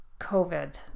COVID